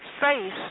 face